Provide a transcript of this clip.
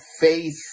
Faith